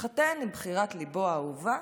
התחתן עם בחירת ליבו האהובה.